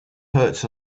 hurts